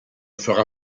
fera